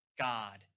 God